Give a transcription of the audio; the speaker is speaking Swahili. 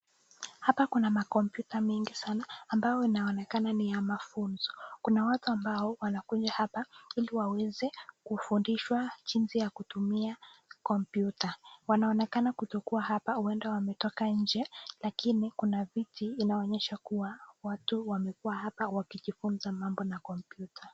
Hapa kuna makompyuta nyingi sana, ambayo inaoenkana ni ya mafunzo. Kuna watu ambao wanakuja hapa ili waweze kufundishwa jinsi ya kutumia kompyuta, wanaonekana kutokua hapa, huenda wametoka nje lakini kuna viti inaonyesha kuwa watu wamekuwa hapa wakijifunza mambo na kompyuta.